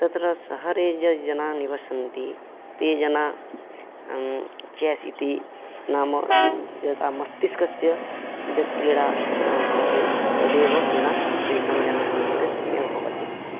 तत्र सहरे ये जनाः निवसन्ति ते जनाः चेस् इति नाम यथा मस्तिष्कस्य यत् क्रीडा भवति तदेव क्रीडां तेषां जनानाङ्कृते सम्यक् भवति